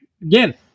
again